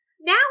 now